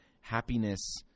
happiness